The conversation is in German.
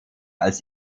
als